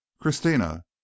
christina